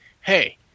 hey